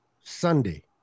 Sunday